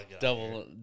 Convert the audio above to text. Double